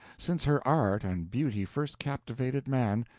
since her art and beauty first captivated man,